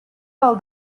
del